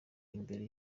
imbere